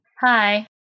Hi